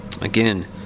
Again